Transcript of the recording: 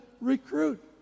recruit